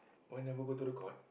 why never go to the court